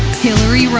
hillary